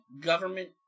government